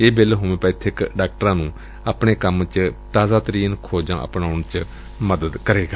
ਇਹ bill homeopathic ਡਾਕਟਰਾਂ ਨੁੰ ਆਪਣੇ ਕੰਮ ਚ ਤਾਜ਼ਾਤਰੀਨ ਖੋਜਾਂ ਅਪਣਾਉਣ ਚ ਮਦਦ ਕਰੇਗਾ